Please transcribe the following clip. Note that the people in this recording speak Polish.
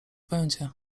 będzie